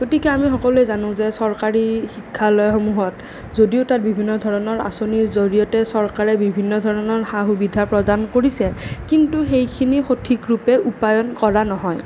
গতিকে আমি সকলোৱে জানো যে চৰকাৰী শিক্ষালয়সমূহত যদিও তাত বিভিন্ন ধৰণৰ আঁচনিৰ জৰিয়তে চৰকাৰে বিভিন্ন ধৰণৰ সা সুবিধা প্ৰদান কৰিছে কিন্তু সেইখিনি সঠিকৰূপে ৰূপায়ণ কৰা নহয়